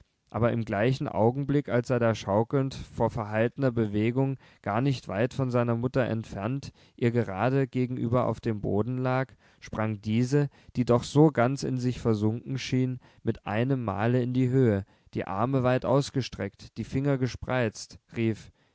aber im gleichen augenblick als er da schaukelnd vor verhaltener bewegung gar nicht weit von seiner mutter entfernt ihr gerade gegenüber auf dem boden lag sprang diese die doch so ganz in sich versunken schien mit einem male in die höhe die arme weit ausgestreckt die finger gespreizt rief